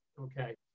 okay